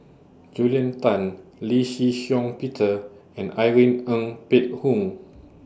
Julia Tan Lee Shih Shiong Peter and Irene Ng Phek Hoong